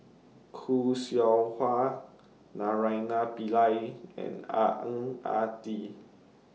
Khoo Seow Hwa Naraina Pillai and Ah Ang Ah Tee